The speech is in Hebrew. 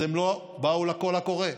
הם לא באו לקול הקורא,